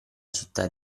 città